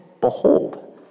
Behold